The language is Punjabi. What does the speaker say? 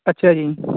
ਅੱਛਿਆ ਜੀ